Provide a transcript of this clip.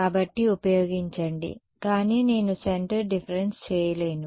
కాబట్టి ఉపయోగించండి కానీ నేను సెంటర్ డిఫరెన్స్ చేయలేను